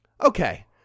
okay